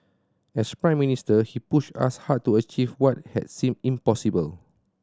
as Prime Minister he pushed us hard to achieve what had seemed impossible